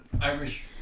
Irish